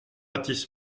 athis